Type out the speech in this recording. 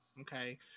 Okay